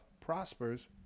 prospers